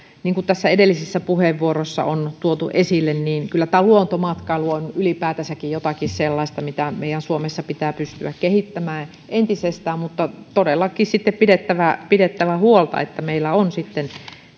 niin kuin edellisissä puheenvuoroissa on tuotu esille kyllä luontomatkailu on ylipäätänsä jotakin sellaista mitä meidän suomessa pitää pystyä kehittämään entisestään mutta on todellakin pidettävä pidettävä huolta että meillä on